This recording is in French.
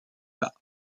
bas